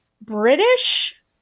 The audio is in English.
british